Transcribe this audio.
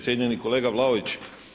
Cijenjeni kolega Vlaović.